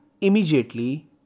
immediately